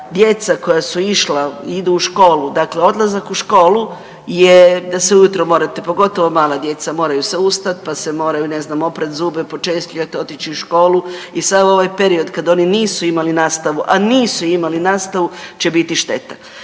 djeca koja su išla i idu u školu dakle, odlazak u školu je da se ujutro morate pogotovo mala djeca moraju se ustati, pa se moraju ne znam oprati zube, počešljati, otići u školu i sav ovaj period kada oni nisu imali nastavu a nisu imali nastavu će biti šteta.